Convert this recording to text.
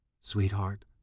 sweetheart